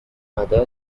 other